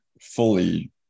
fully